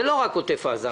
זה לא רק עוטף עזה,